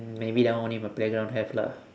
maybe that one only my playground have lah